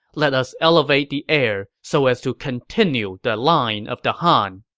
let us elevate the heir so as to continue the line of the han.